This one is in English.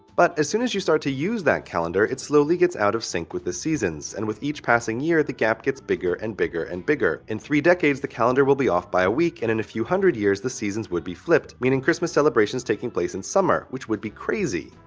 but as soon as you start to use that calendar, it slowly gets out of sync with the seasons. and with each passing year the gap gets bigger and bigger and bigger. in three decades the calendar will be off by a week and in a few hundred years the seasons would be flipped meaning christmas celebrations taking place in summer which would be crazy.